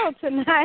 tonight